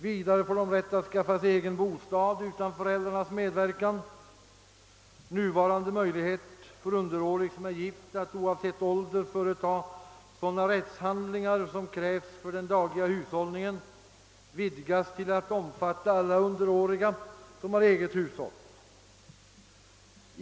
Vidare får de rätt att skaffa sig egen bostad utan föräldrarnas medgivande. Nuvarande möjlighet för underårig som är gift att oavsett ålder företa sådana rättshandlingar, som krävs för den dagliga hushållningen, vidgas till att omfatta alla underåriga som har eget hushåll.